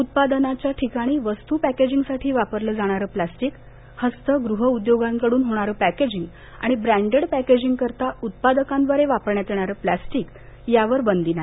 उत्पादनाच्या ठिकाणी वस्तू पॅकेजिंगसाठी वापरले जाणारं प्लास्टिक हस्त गृह उद्योगांकडून होणारं पॅकेजिंग आणि ब्रॅन्डेड पॅकेजिंगकरिता उत्पादकांद्वारे वापरण्यात येणारं प्लास्टिक यावर बंदी नाही